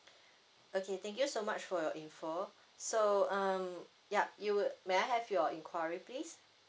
okay thank you so much for your info so um yup you would may I have your inquiry please